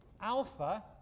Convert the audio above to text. alpha